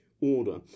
order